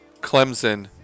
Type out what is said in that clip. Clemson